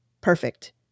perfect